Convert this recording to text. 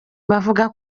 bavuze